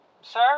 sir